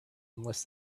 unless